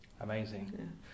Amazing